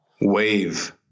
Wave